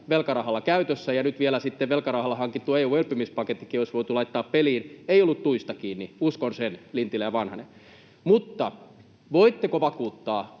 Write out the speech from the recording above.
velkarahalla käytössä, ja nyt vielä sitten velkarahalla hankittu EU:n elpymispakettikin olisi voitu laittaa peliin. Ei ollut tuista kiinni, uskon sen, Lintilä ja Vanhanen. Mutta voitteko vakuuttaa,